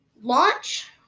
launch